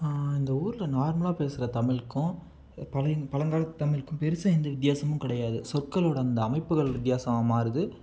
இந்த ஊரில் நார்மலாக பேசுகிற தமிழுக்கும் பழைய பழங்காலத்து தமிழுக்கும் பெருசாக எந்த வித்தியாசமும் கிடையாது சொற்களோடு இந்த அமைப்புகள் வித்தியாசமாக மாறுது